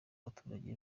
abaturage